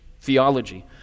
theology